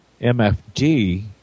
MFD